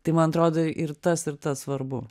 tai man atrodo ir tas ir tas svarbu